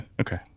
Okay